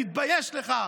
תתבייש לך.